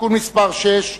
(תיקון מס' 6),